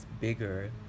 bigger